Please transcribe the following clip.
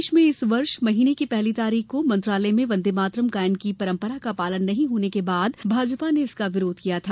प्रदेश में इस वर्ष महीने की पहली तारीख को मंत्रालय में वंदेमातरम गायन की परंपरा का पालन नहीं होने के बाद भारतीय जनता पार्टी ने इसका तीखा विरोध किया था